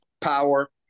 power